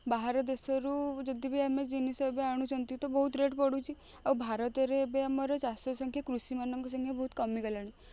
ବାହାର ଦେଶରୁ ଯଦି ବି ଆମେ ଜିନିଷ ଏବେ ଆଣୁଛନ୍ତି ତ ବହୁତ ରେଟ୍ ବଢ଼ୁଛି ଆଉ ଭାରତରେ ଏବେ ଆମର ଚାଷ ସଂଖ୍ୟା କୃଷି ମାନଙ୍କ ସଂଖ୍ୟା ବହୁତ କମିଗଲାଣି